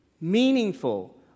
meaningful